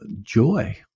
joy